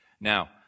Now